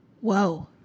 Whoa